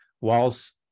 whilst